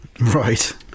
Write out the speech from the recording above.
Right